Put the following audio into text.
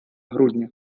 грудня